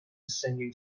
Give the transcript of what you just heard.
singing